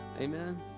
Amen